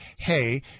hey